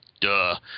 Duh